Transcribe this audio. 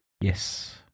Yes